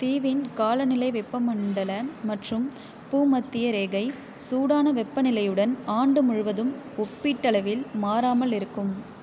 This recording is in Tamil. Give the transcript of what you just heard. தீவின் காலநிலை வெப்பமண்டல மற்றும் பூமத்திய ரேகை சூடான வெப்பநிலையுடன் ஆண்டு முழுவதும் ஒப்பீட்டளவில் மாறாமல் இருக்கும்